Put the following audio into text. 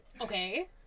Okay